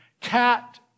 Cat